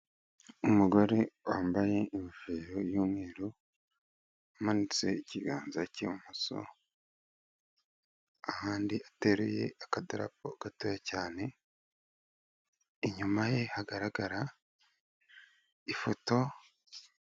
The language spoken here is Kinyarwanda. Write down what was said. Umugore wambaye ingofero y'umweru, umanitse ikiganza cy'ibumoso, ahandi ateruye akadarapo gatoya cyane, inyuma ye hagaragara ifoto.